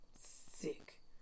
sick